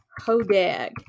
Hodag